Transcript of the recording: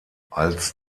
als